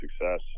success